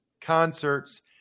concerts